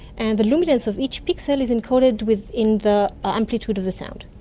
and the luminance of each pixel is encoded within the ah amplitude of the sound.